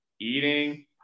eating